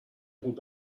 خوب